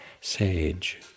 sage